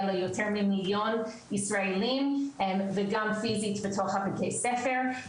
ליותר ממיליון ישראלים וגם פיזית בתוך בתי הספר,